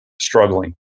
struggling